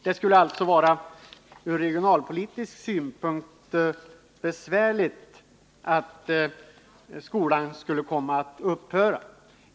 Det skulle alltså ur regionalpolitisk synpunkt vara besvärligt om skolan upphörde.